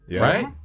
Right